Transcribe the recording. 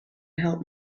help